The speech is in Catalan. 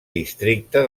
districte